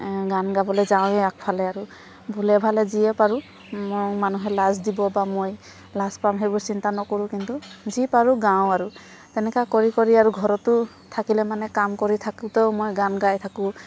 গান গাবলৈ যাওঁৱে আগফালে আৰু ভুলে ভালে যিয়ে পাৰোঁ মই মানুহে লাজ দিব বা মই লাজ পাম সেইবোৰ চিন্তা নকৰোঁ কিন্তু যি পাৰোঁ গাওঁ আৰু তেনেকুৱা কৰি কৰি আৰু ঘৰতো থাকিলে মানে কাম কৰি থাকোঁতেও মই গান গাই থাকোঁ